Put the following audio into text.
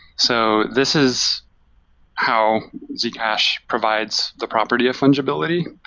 so this is how zcash provides the property of fungibility.